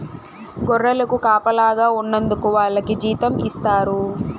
గొర్రెలకు కాపలాగా ఉన్నందుకు వాళ్లకి జీతం ఇస్తారు